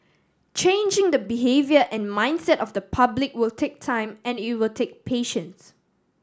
changing the behaviour and mindset of the public will take time and it will take patience